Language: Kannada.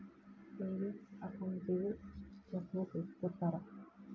ಸೇವಿಂಗ್ಸ್ ಅಕೌಂಟಿಗೂ ಚೆಕ್ಬೂಕ್ ಇಟ್ಟ್ಕೊತ್ತರ